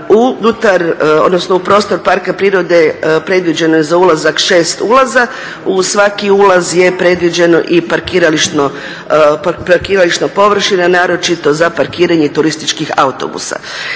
u prostor parka prirode predviđeno je za ulazak 6 ulaza, uz svaki je ulaz je predviđeno i parkirališna površina, naročito za parkiranje turističkih autobusa.